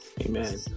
amen